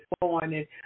morning